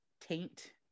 taint